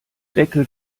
deckel